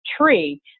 tree